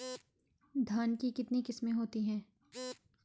धान की कितनी किस्में होती हैं?